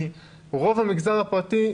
כי רוב המגזר הפרטי,